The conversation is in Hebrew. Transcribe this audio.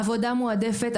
עבודה מועדפת,